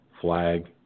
flag